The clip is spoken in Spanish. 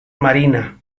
marina